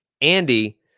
andy